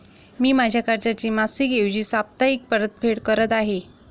मी माझ्या कर्जाची मासिक ऐवजी साप्ताहिक परतफेड करत आहे